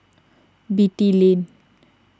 Beatty Lane